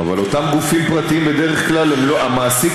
אבל באותם גופים פרטיים בדרך כלל המעסיק